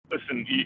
listen